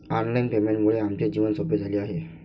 online पेमेंटमुळे आमचे जीवन सोपे झाले आहे